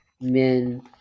men